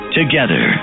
together